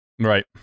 Right